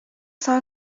fhios